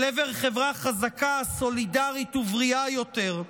אל עבר חברה חזקה, סולידרית ובריאה יותר.